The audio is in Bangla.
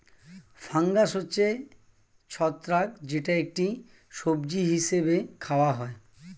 ফাঙ্গাস হচ্ছে ছত্রাক যেটা একটি সবজি হিসেবে খাওয়া হয়